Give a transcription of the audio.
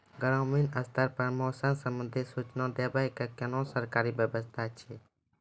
ग्रामीण स्तर पर मौसम संबंधित सूचना देवाक कुनू सरकारी व्यवस्था ऐछि?